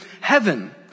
heaven